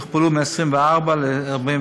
שהוכפל מ-24 ל-48.